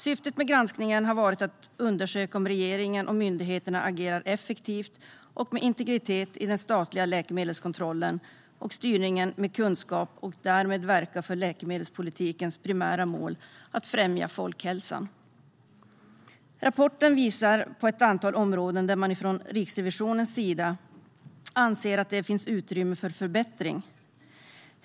Syftet med granskningen har varit att undersöka om regeringen och myndigheterna agerar effektivt och med integritet och kunskap i den statliga läkemedelskontrollen och styrningen och därmed verkar för läkemedelspolitikens primära mål: att främja folkhälsan. Rapporten visar på ett antal områden där man från Riksrevisionens sida anser att det finns utrymme för förbättring.